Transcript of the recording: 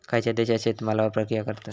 खयच्या देशात शेतमालावर प्रक्रिया करतत?